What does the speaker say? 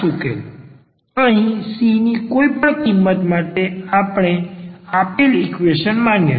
ખાસ ઉકેલ અહી c ની કોઈ પણ કિમત માટે આપેલ ઈક્વેશન માન્ય છે